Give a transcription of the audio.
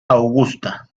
augusta